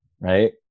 right